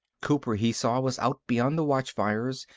cooper, he saw, was out beyond the watchfires,